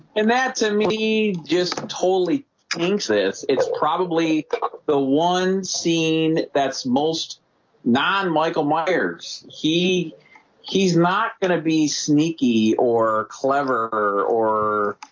and that to me just totally makes this it's probably the one scene. that's most non michael myers he he's not gonna be sneaky or clever or?